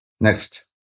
Next